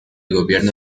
gobierno